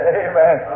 amen